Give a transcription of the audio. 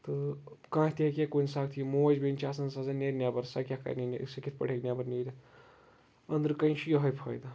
تہٕ کانٛہہ تہِ ہٮ۪کہِ ہا کُنہِ ساتہٕ یہِ موج بییٚنہِ چھےٚ آسان سۄ زَن نیرِ نٮ۪بر سۄ کیاہ کَرنہِ نیرِ سۄ کِتھ پٲٹھۍ ہٮ۪کہِ نٮ۪بر نیٖرِتھ أنٛدرٕ کٔنۍ چھُ یِہوے فٲیدٕ